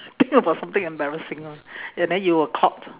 think about something embarrassing lor ya then you were caught